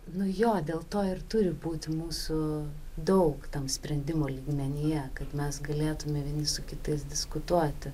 nu jo dėl to ir turi būti mūsų daug tam sprendimo lygmenyje kad mes galėtume vieni su kitais diskutuoti